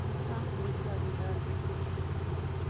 Assam Odisha Bihar Bengal Jharkhand